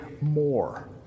more